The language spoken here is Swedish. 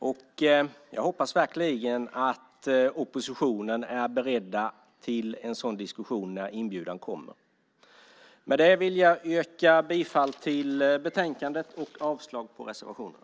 Jag hoppas verkligen att oppositionen är beredd till en sådan diskussion när inbjudan kommer. Med det vill jag yrka bifall till förslagen i betänkandet och avslag på reservationerna.